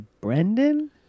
Brendan